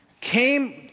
came